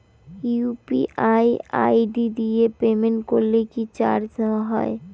UPI ID দিয়ে payment করলে কি চার্জ নেয়া হয়?